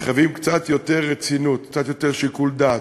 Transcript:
מחייב קצת יותר רצינות, קצת יותר שיקול דעת,